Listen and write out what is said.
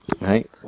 Right